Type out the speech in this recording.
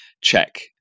check